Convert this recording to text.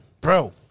Bro